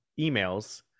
emails